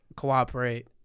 Cooperate